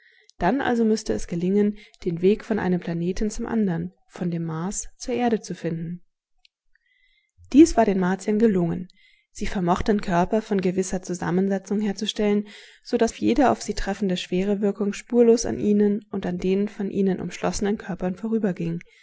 dann also müßte es gelingen den weg von einem planeten zum andern von dem mars zur erde zu finden dies war den martiern gelungen sie vermochten körper von gewisser zusammensetzung herzustellen so daß jede auf sie treffende schwerewirkung spurlos an ihnen und an den von ihnen umschlossenen körpern